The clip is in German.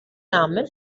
namen